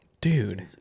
dude